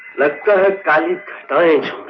letter states